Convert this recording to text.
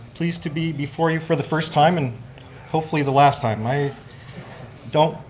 pleased to be before you for the first time, and hopefully the last time. i don't